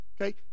okay